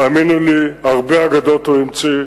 והאמינו לי, הרבה אגדות הוא המציא,